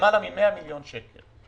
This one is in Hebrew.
למעלה מ-100 מיליון שקלים.